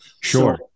Sure